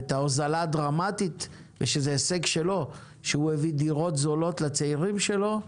ואת ההוזלה הדרמטית שזה הישג שלו שהוא הביא דירות זולות לצעירים שלו,